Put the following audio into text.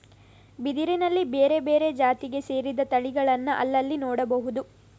ಬಿದಿರಿನಲ್ಲಿ ಬೇರೆ ಬೇರೆ ಜಾತಿಗೆ ಸೇರಿದ ತಳಿಗಳನ್ನ ಅಲ್ಲಲ್ಲಿ ನೋಡ್ಬಹುದು